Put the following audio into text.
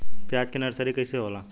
प्याज के नर्सरी कइसे होला?